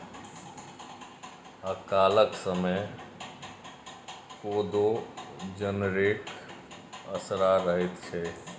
अकालक समय कोदो जनरेके असरा रहैत छै